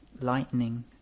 lightning